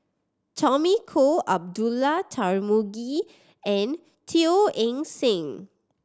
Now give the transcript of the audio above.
Tommy Koh Abdullah Tarmugi and Teo Eng Seng